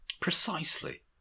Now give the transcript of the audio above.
Precisely